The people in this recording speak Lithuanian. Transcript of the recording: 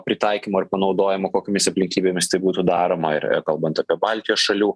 pritaikymo ir panaudojimo kokiomis aplinkybėmis tai būtų daroma ir ir kalbant apie baltijos šalių